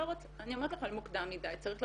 אבל אני לא חושבת שהצגנו כאן דרישת מקור